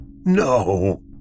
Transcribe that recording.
no